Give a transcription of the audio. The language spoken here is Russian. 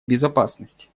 безопасности